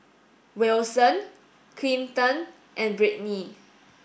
Wilson Clinton and Britney